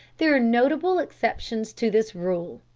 there are notable exceptions to this rule.